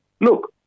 look